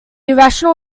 irrational